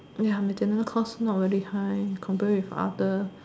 ya maintenance cost not very high compared with other